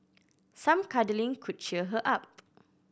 some cuddling could cheer her up